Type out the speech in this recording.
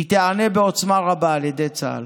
היא תיענה בעוצמה רבה על ידי צה"ל.